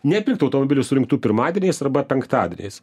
nepirkt automobilių surinktų pirmadieniais arba penktadieniais